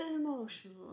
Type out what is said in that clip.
Emotional